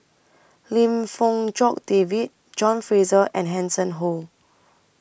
Lim Fong Jock David John Fraser and Hanson Ho